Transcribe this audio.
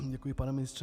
Děkuji, pane ministře.